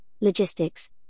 logistics